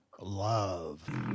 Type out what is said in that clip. Love